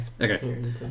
Okay